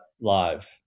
live